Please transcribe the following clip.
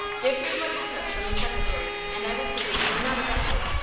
give me what you took from the secretary, and i will see that you are not arrested.